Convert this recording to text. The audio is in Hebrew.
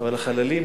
אבל החללים